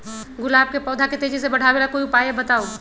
गुलाब के पौधा के तेजी से बढ़ावे ला कोई उपाये बताउ?